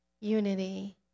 unity